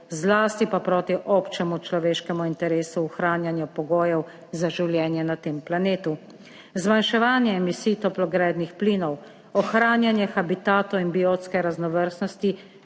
zlasti pa proti občemu človeškemu interesu ohranjanja pogojev za življenje na tem planetu. Zmanjševanje emisij toplogrednih plinov, ohranjanje habitatov in biotske raznovrstnosti,